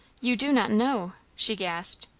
you do not know! she gasped.